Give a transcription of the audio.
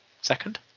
Second